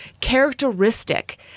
characteristic